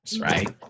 Right